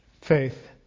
faith